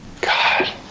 God